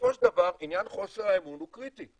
ובסופו של דבר עניין חוסר האמון הוא קריטי.